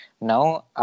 now